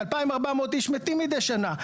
2,400 איש מתים מדי שנה.